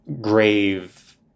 grave